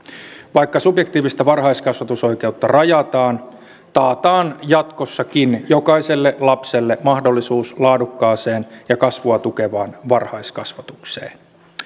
vaikka subjektiivista varhaiskasvatusoikeutta rajataan taataan jatkossakin jokaiselle lapselle mahdollisuus laadukkaaseen ja kasvua tukevaan varhaiskasvatukseen